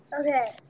Okay